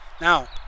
Now